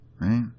right